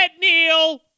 Neil